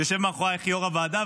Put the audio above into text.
יושב מאחורייך יו"ר הוועדה,